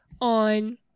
on